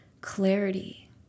clarity